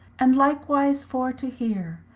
and likewise for to heare,